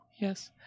Yes